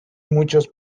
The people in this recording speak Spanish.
muchos